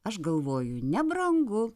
aš galvoju nebrangu